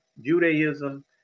Judaism